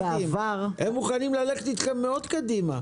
הם מוכנים ללכת אתכם קדימה מאוד.